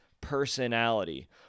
personality